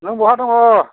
नों बहा दङ